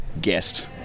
guest